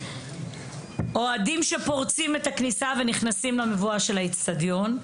אוהדים שפורצים את הכניסה ונכנסים למבואה של האצטדיון.